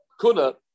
Kuna